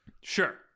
Sure